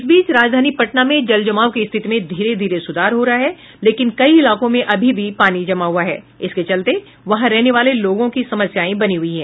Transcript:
इस बीच राजधानी पटना में जलजमाव की स्थिति में धीरे धीरे सुधार हो रहा है लेकिन कई इलाकों में अभी भी पानी लगा हुआ है जिसके चलते वहां रहने वाले लोगों की समस्याएं बनी हयी हैं